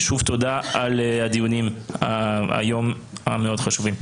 ושוב תודה על הדיונים היום המאוד חשובים.